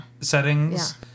Settings